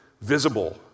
visible